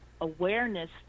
awareness